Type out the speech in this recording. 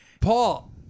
Paul